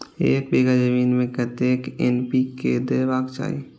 एक बिघा जमीन में कतेक एन.पी.के देबाक चाही?